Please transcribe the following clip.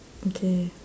okay